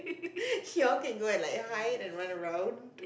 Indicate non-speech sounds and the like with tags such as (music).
(laughs) you all can go and like hide and run around